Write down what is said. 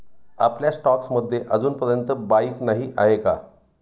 आपल्या स्टॉक्स मध्ये अजूनपर्यंत बाईक नाही आहे का?